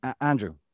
Andrew